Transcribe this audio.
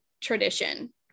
tradition